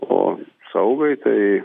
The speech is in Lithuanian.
o saugai tai